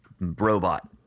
robot